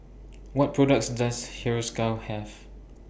What products Does Hiruscar Have